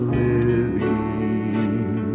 living